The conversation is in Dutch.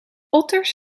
otters